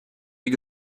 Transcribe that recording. you